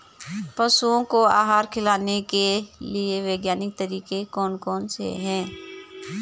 पशुओं को आहार खिलाने के लिए वैज्ञानिक तरीके कौन कौन से हैं?